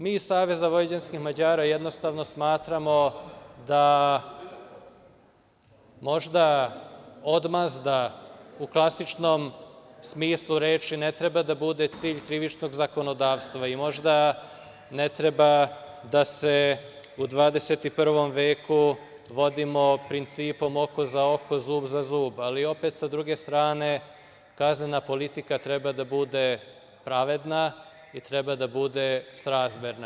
Mi iz SVM jednostavno smatramo da možda odmazda u klasičnom smislu reči ne treba da bude cilj krivičnog zakonodavstva i možda ne treba da se u 21 veku vodimo principom oko za oko, zub za zub, ali opet sa druge strane kaznena politika treba da bude pravedna i treba da bude srazmerna.